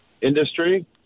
industry